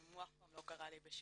אף פעם לא קרא לי בשמי,